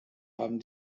haben